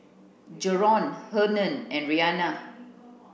Jaron Hernan and Rhianna